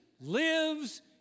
lives